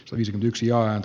olisin yksi ait